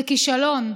זה כישלון.